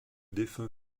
défunt